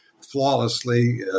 flawlessly